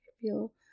Feel